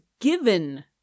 given